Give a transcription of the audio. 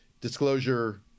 Disclosure